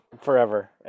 forever